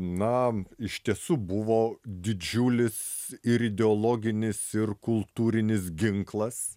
na iš tiesų buvo didžiulis ir ideologinis ir kultūrinis ginklas